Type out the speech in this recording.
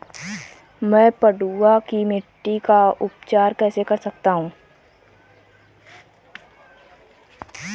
मैं पडुआ की मिट्टी का उपचार कैसे कर सकता हूँ?